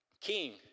King